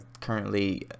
currently